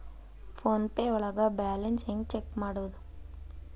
Phone pay ಒಳಗ balance ಹೆಂಗ್ check ಮಾಡುವುದು?